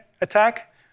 attack